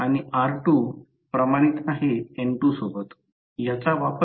तर तेथे स्टेटर आणि रोटर दरम्यान एक अंतर आहे आणि ते अंतराळ अंतर आहे